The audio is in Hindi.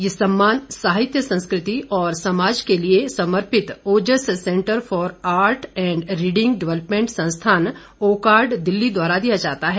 ये सम्मान साहित्य संस्कृति और समाज के लिए समर्पित Ojas centre for art and reading development संस्थान ओकार्ड दिल्ली द्वारा दिया जाता है